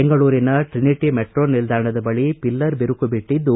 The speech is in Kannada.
ಬೆಂಗಳೂರಿನ ಟ್ರಿನಿಟ್ ಮೆಟ್ರೋ ನಿಲ್ಲಾಣದ ಬಳಿ ಪಿಲ್ಲರ್ ಬಿರುಕು ಬಿಟ್ಟದ್ದು